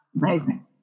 Amazing